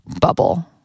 bubble